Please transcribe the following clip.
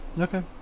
Okay